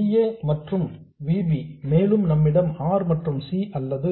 V a மற்றும் V b மேலும் நம்மிடம் R மற்றும் C அல்லது